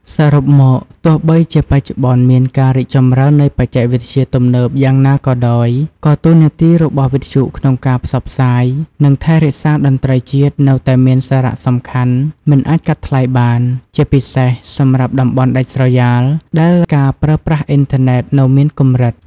សរុបមក ទោះបីជាបច្ចុប្បន្នមានការរីកចម្រើននៃបច្ចេកវិទ្យាទំនើបយ៉ាងណាក៏ដោយ ក៏តួនាទីរបស់វិទ្យុក្នុងការផ្សព្វផ្សាយ និងថែរក្សាតន្ត្រីជាតិនៅតែមានសារៈសំខាន់មិនអាចកាត់ថ្លៃបាន ជាពិសេសសម្រាប់តំបន់ដាច់ស្រយាលដែលការប្រើប្រាស់អុីនធឺណេតនៅមានកម្រិត។